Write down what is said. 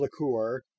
liqueur